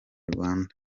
rwanda